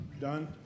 done